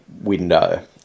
window